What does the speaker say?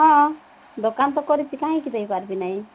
ହଁ ଦୋକାନ ତ କରିଛି କାହିଁକି ଦେଇପାରିବି ନାହିଁ